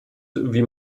wie